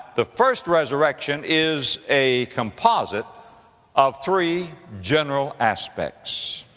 the first resurrection is a composite of three general aspects.